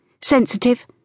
sensitive